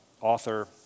author